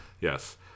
yes